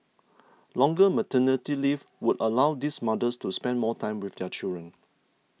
longer maternity leave would allow these mothers to spend more time with their children